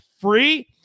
free